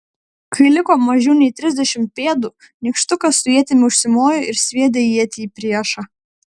kai liko mažiau nei trisdešimt pėdų nykštukas su ietimi užsimojo ir sviedė ietį į priešą